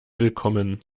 willkommen